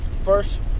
First